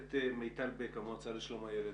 מיטל בק מהמועצה לשלום הילד